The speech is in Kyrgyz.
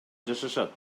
жашашат